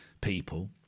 people